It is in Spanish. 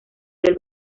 del